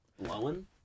blowing